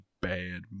bad